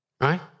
right